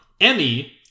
Emmy